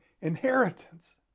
inheritance